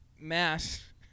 mass